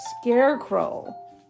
scarecrow